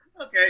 okay